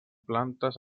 plantes